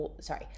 sorry